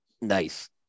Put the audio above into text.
nice